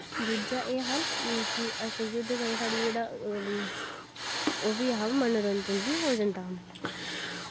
दूजा एह् हा कि असें गी ओह्दे कन्नै साढ़ा जेह्ड़ा ओह्बा ऐहा मनोरंजन बी हो जंदा हा